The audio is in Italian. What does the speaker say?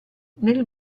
nel